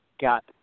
got